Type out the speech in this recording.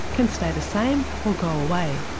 can stay the same or go away.